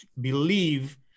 believe